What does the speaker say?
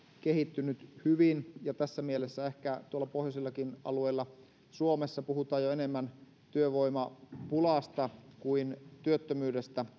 kehittynyt hyvin ja tässä mielessä ehkä tuolla pohjoisillakin alueilla suomessa puhutaan jo enemmän työvoimapulasta kuin työttömyydestä